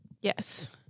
Yes